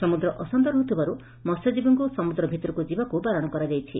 ସମୁଦ୍ର ଅଶାନ୍ତ ରହୁଥିବାରୁ ମହ୍ୟଜୀବୀଙ୍କୁ ସମୁଦ୍ର ଭିତରକୁ ଯିବାକୁ ବାରଣ କରାଯାଇଛି